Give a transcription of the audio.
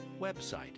website